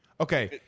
Okay